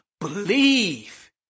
Believe